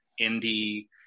indie